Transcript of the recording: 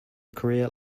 career